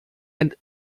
and